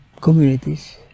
communities